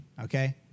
Okay